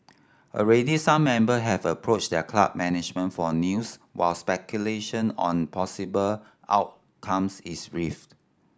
already some member have approached their club management for news while speculation on possible outcomes is rife